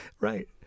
Right